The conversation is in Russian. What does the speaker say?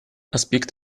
аспект